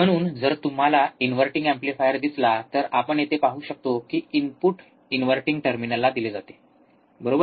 म्हणून जर तुम्हाला इनव्हर्टिंग एम्प्लीफायर दिसला तर आपण येथे पाहू शकतो की इनपुट इनव्हर्टिंग टर्मिनलला दिले जाते बरोबर